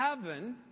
heaven